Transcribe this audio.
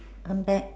I'm back